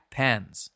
pens